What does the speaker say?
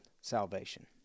salvation